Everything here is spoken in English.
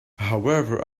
however